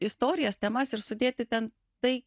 istorijas temas ir sudėti ten tai